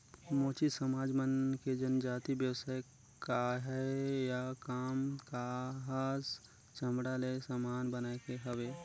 मोची समाज मन के जातिगत बेवसाय काहय या काम काहस चमड़ा ले समान बनाए के हवे